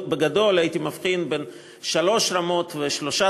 בגדול הייתי מבחין בין שלוש רמות ושלושה